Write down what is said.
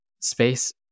space